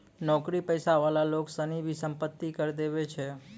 नौकरी पेशा वाला लोग सनी भी सम्पत्ति कर देवै छै